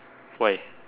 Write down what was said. why